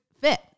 fit